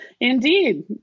Indeed